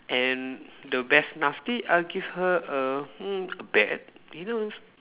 and the best I'll give her a mm a bat you know